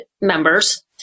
members